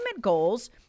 goals